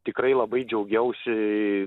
tikrai labai džiaugiausi